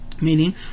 meaning